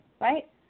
Right